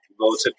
voted